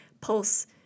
pulse